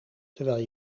terwijl